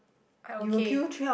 I okay